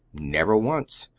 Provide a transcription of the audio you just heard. never once,